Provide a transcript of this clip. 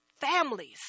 families